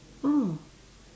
oh